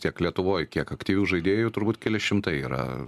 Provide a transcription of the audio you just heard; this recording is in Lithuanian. tiek lietuvoj tiek aktyvių žaidėjų turbūt keli šimtai yra